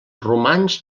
romans